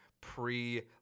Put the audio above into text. pre